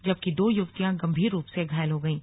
जबकि दो युवतियां गंभीर रूप से घायल हो गईं